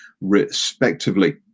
respectively